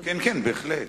בהחלט.